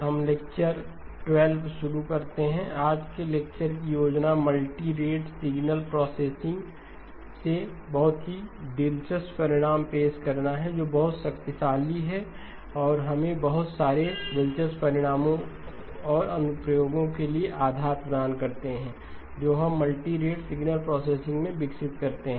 हम लेक्चर 12 शुरू करते हैं आज के लेक्चर की योजना मल्टीरेट सिग्नल प्रोसेसिंग से कुछ बहुत ही दिलचस्प परिणाम पेश करना है जो बहुत शक्तिशाली हैं और हमें बहुत सारे दिलचस्प परिणामों और अनुप्रयोगों के लिए आधार प्रदान करते हैं जो हम मल्टीरेट सिग्नल प्रोसेसिंग में विकसित करते हैं